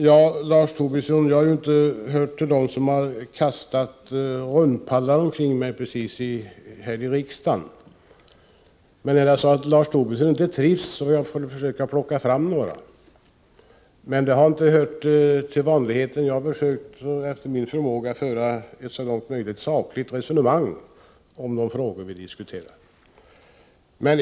miska frågor miska frågor Jag har inte precis hört till dem här i riksdagen som har kommit med ”rundpallar” , men trivs inte Lars Tobisson med det kan jag väl ta till sådana. Det hör dock inte till vanligheten, för jag har efter min förmåga försökt att så långt möjligt föra ett sakligt resonemang i de frågor som vi diskuterar.